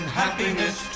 happiness